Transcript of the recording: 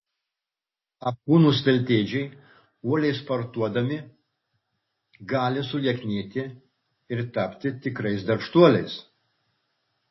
apkūnūs veltėdžiai uoliai sportuodami gali sulieknėti ir tapti tikrais darbštuoliais